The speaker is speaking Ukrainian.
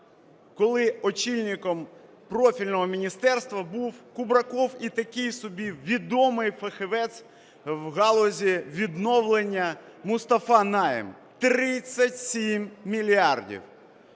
коли очільником профільного міністерства був Кубраков і такий собі відомий фахівець в галузі відновлення Мустафа Найєм. 37 мільярдів!